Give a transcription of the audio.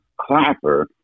Clapper